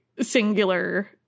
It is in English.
singular